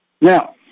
now